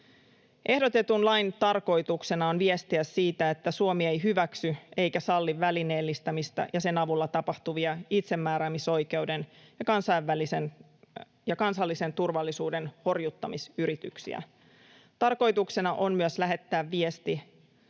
Ehdotetun lain tarkoituksena on viestiä siitä, että Suomi ei hyväksy eikä salli välineellistämistä ja sen avulla tapahtuvia itsemääräämisoikeuden ja kansallisen turvallisuuden horjuttamisyrityksiä. Tarkoituksena on myös lähettää viesti